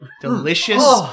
Delicious